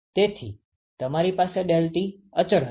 તેથી તમારી પાસે ∆T અચળ હશે